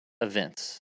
events